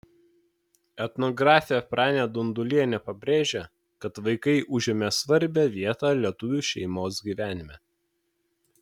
etnografė pranė dundulienė pabrėžia kad vaikai užėmė svarbią vietą lietuvių šeimos gyvenime